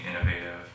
innovative